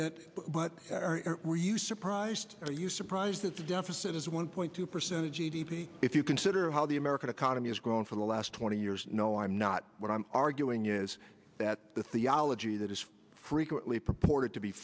that but were you surprised are you surprised that the deficit is one point two percent of g d p if you consider how the american economy has grown for the last twenty years no i'm not what i'm arguing is that the theology that is frequently purported to be